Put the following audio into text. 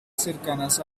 cercanas